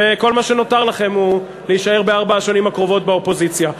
וכל מה שנותר לכם הוא להישאר בארבע השנים הקרובות באופוזיציה.